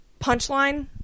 punchline